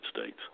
States